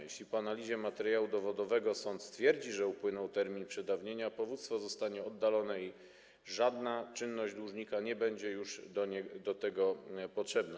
Jeśli po analizie materiału dowodowego sąd stwierdzi, że upłynął termin przedawnienia, powództwo zostanie oddalone i żadna czynność dłużnika nie będzie już do tego potrzebna.